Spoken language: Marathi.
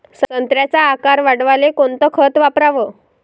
संत्र्याचा आकार वाढवाले कोणतं खत वापराव?